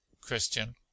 CHRISTIAN